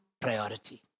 priority